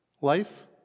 life